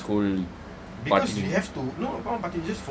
why ah what's with this whole party